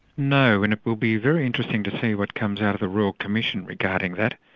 no, and it will be very interesting to see what comes out of the royal commission regarding that.